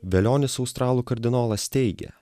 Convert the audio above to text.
velionis australų kardinolas teigė